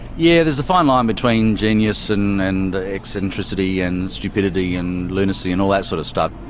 yeah, there's a fine line between genius and and eccentricity and stupidity and lunacy and all that sort of stuff.